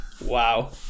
Wow